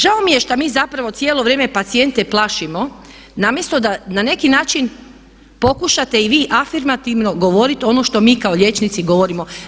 Žao mi je što mi zapravo cijelo vrijeme pacijente plašimo umjesto da na neki način pokušate i vi afirmativno govoriti ono što mi kao liječnici govorimo.